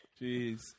Jeez